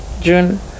june